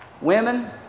Women